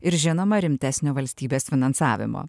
ir žinoma rimtesnio valstybės finansavimo